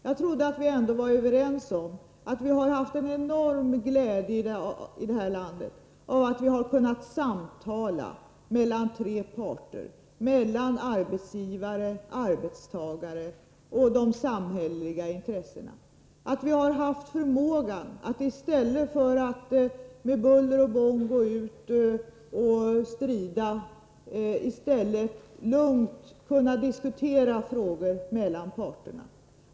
Jag trodde ändå att vi var överens om att vi har haft en enorm glädje i det här landet av att vi har kunnat samtala mellan tre parter — arbetsgivaren, arbetstagaren och de samhälleliga intressena — och haft förmågan att i stället för att med buller och bång gå ut och strida, lugnt kunna diskutera frågorna mellan parterna.